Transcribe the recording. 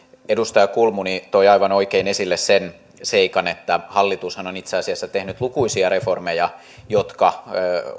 edustaja kulmuni toi aivan oikein esille sen seikan että hallitushan on itse asiassa tehnyt lukuisia reformeja jotka